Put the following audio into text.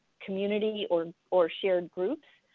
community or or shared groups.